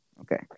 Okay